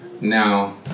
Now